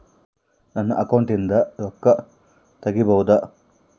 ನನ್ನ ಅಕೌಂಟಿಂದ ರೊಕ್ಕ ತಗಿಬಹುದಾ?